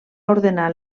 ordenar